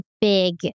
big